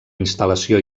instal·lació